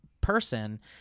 person